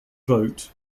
vote